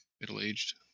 middle-aged